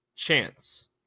chance